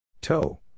Toe